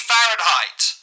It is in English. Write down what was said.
Fahrenheit